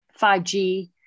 5G